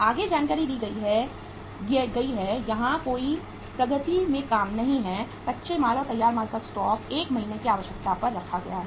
आगे जानकारी दी गई है की गई यहां कोई प्रगति में काम नहीं है कच्चे माल और तैयार माल का स्टॉक 1 महीने की आवश्यकता पर रखा गया है